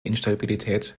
instabilität